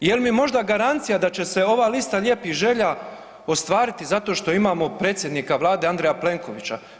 Jel mi možda garancija da će se ova lista želja ostvariti zato što imamo predsjednika Vlade Andreja Plenkovića?